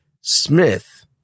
Smith